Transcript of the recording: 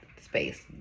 space